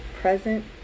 Present